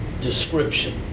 description